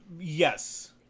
Yes